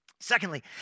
Secondly